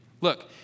Look